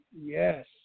Yes